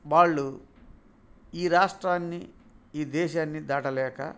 వాళ్ళు ఈ రాష్ట్రాన్ని ఈ దేశాన్ని దాటలేక